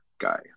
guy